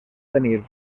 tenir